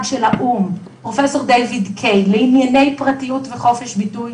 של האו"ם לענייני פרטיות וחופש ביטוי,